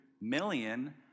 million